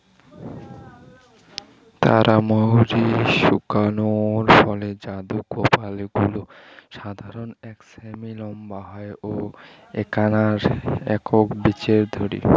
তারা মৌরি শুকান ফলের যুদা কার্পেল গুলা সাধারণত এক সেমি নম্বা হয় ও এ্যাকনা একক বীচি ধরি